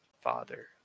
father